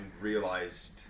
realized